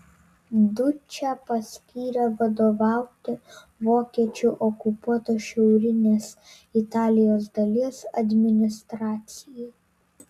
dučę paskyrė vadovauti vokiečių okupuotos šiaurinės italijos dalies administracijai